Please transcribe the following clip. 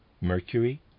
mercury